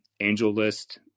AngelList